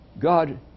God